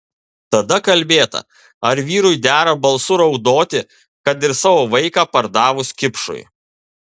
tada kalbėta ar vyrui dera balsu raudoti kad ir savo vaiką pardavus kipšui